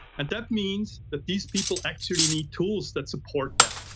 and that means that these people actually need tools that support that,